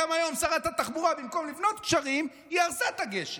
והיום שרת התחבורה במקום לבנות גשרים הרסה את הגשר.